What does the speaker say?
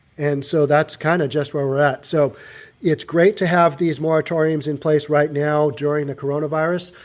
and so that's kind of just where we're at. so it's great to have these moratoriums in place right now during the coronavirus,